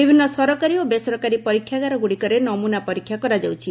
ବିଭିନ୍ନ ସରକାରୀ ଓ ବେସରକାରୀ ପରୀକ୍ଷାଗାରଗୁଡ଼ିକରେ ନମୁନା ପରୀକ୍ଷା କରାଯାଉଛି